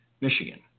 Michigan